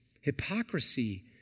Hypocrisy